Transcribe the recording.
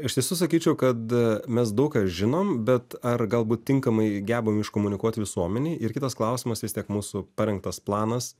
iš tiesų sakyčiau kad mes daug ir žinom bet ar galbūt tinkamai gebam iškomunikuot visuomenei ir kitas klausimas vis tiek mūsų parengtas planas